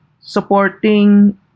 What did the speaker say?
supporting